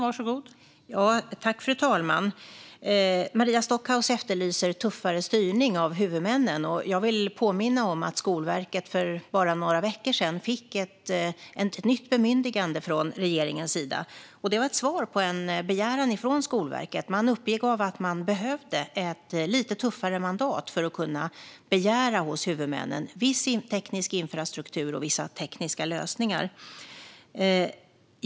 Fru talman! Maria Stockhaus efterlyser tuffare styrning av huvudmännen. Jag vill påminna om att Skolverket för bara några veckor sedan fick ett nytt bemyndigande från regeringen. Detta var ett svar på en begäran från Skolverket. Man uppgav att man behövde ett lite tuffare mandat för att kunna begära viss teknisk infrastruktur och vissa tekniska lösningar hos huvudmännen.